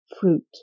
fruit